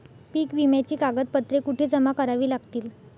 पीक विम्याची कागदपत्रे कुठे जमा करावी लागतील?